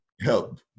help